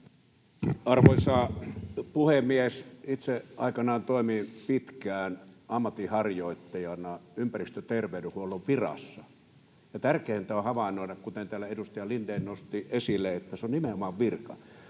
Arvoisa puhemies! Itse aikanaan toimin pitkään ammatinharjoittajana ympäristöterveydenhuollon virassa. Ja tärkeintä on havainnoida, kuten täällä edustaja Lindén nosti esille, että se on nimenomaan virka.